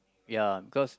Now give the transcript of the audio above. ya cause